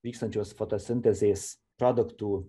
vykstančios fotosintezės produktų